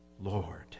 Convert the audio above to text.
Lord